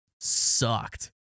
sucked